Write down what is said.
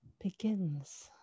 begins